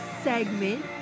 segment